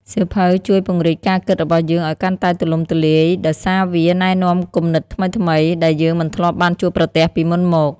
សៀវភៅជួយ ពង្រីកការគិតរបស់យើងឱ្យកាន់តែទូលំទូលាយ ដោយសារវា ណែនាំគំនិតថ្មីៗ ដែលយើងមិនធ្លាប់បានជួបប្រទះពីមុនមក។